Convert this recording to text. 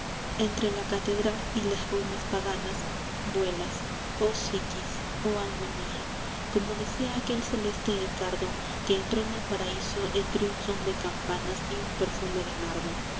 entre la catedral y las ruinas paganas vuelas oh psiquis oh alma mía como decía aquel celeste edgardo que entró en el paraíso entre un son de campanas y un perfume de